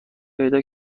پیدا